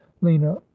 lena